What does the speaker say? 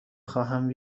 خواهم